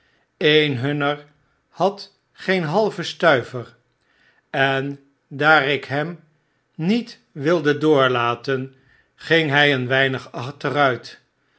een hunner had geen halven stuiver en daar ik hem niet wilde doorlaten ging hij een weinig achteruit